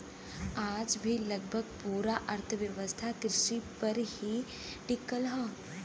आज भी लगभग पूरा अर्थव्यवस्था कृषि पर ही टिकल हव